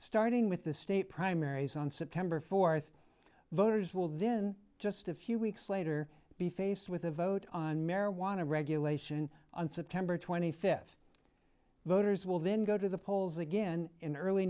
starting with the state primaries on september th voters will then just a few weeks later be faced with a vote on marijuana regulation on september th voters will then go to the polls again in early